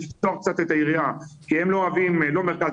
צריך לפתוח קצת את היריעה כי הם לא אוהבים לא מרכז